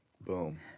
Boom